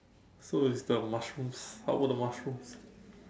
so is the mushrooms how were the mushroom